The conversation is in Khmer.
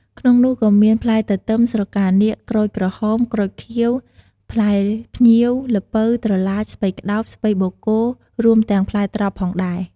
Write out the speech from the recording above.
ក្នុងនោះក៏មាន ផ្លែទទឹម ស្រកានាគ ក្រូចក្រហម ក្រូចខៀវ ផ្លែភ្ញៀវ ល្ពៅ ត្រឡាច ស្ពៃក្តោប ស្ពៃបូកគោ រួមទាំងផ្លែត្រប់ផងដែរ។